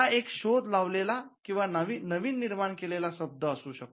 हा एक शोध लावलेला किंवा नवीन निर्माण केलेला शब्द असू शकतो